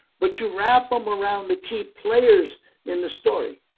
but you wrap them around the key players in the story,